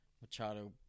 Machado